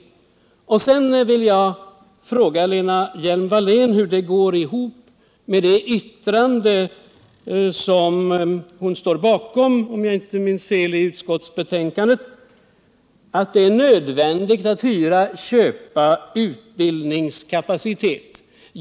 Jag vill mot den bakgrunden fråga Lena Hjelm-Wallén hur detta går ihop med det yttrande i betänkandet som, om jag minns rätt, också Lena Hjelm-Wallén står bakom, nämligen att det är nödvändigt att köpa utbildningskapacitet i företagen.